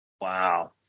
wow